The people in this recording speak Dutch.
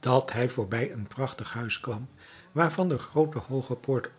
dat hij voorbij een prachtig huis kwam waarvan de groote hooge poort